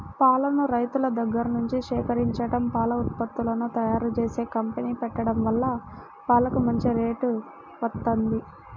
పాలను రైతుల దగ్గర్నుంచి సేకరించడం, పాల ఉత్పత్తులను తయ్యారుజేసే కంపెనీ పెట్టడం వల్ల పాలకు మంచి రేటు వత్తంది